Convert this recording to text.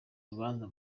urubanza